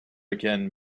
again